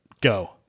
go